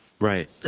Right